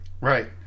Right